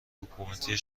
حکومتی